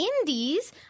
indies